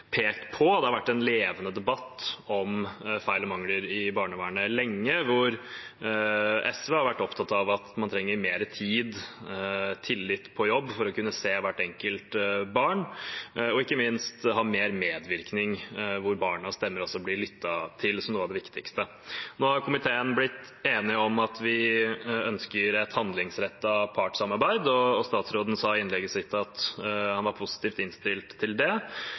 pekt på. Det har vært en levende debatt om feil og mangler i barnevernet lenge, der SV har vært opptatt av at man trenger mer tid, tillit på jobb, for å kunne se hvert enkelt barn, og ikke minst ha mer medvirkning, der barnas stemmer også blir lyttet til, som noe av det viktigste. Nå har komiteen blitt enig om at vi ønsker et handlingsrettet partssamarbeid, og statsråden sa i innlegget sitt at han er positivt innstilt til det.